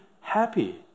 happy